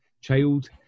child